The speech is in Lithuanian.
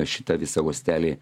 šitą visą uostelį